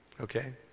okay